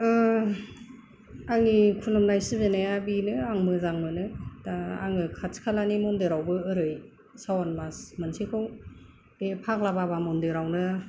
आंनि खुलुमनाय सिबिनाया बेनो आं मोजां मोनो दा आङो खाथि खालानि मन्दिरावबो ओरै दा सावन मास मोनसेखौ बे फाग्ला बाबा मन्दिरावनो